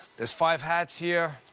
there's five hats here.